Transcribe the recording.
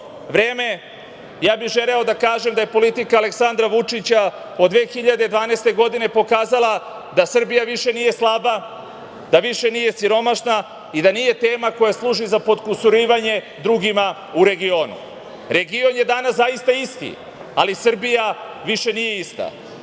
vreme, želeo bih da kažem da je politika Aleksandra Vučića od 2012. godine pokazala da Srbija više nije slaba, da više nije siromašna i da nije tema koja služi za potkusurivanje drugima u regionu. Region je danas zaista isti, ali Srbija više nije ista.